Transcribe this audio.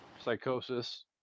psychosis